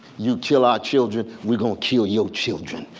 you kill our children, we're gonna kill your children.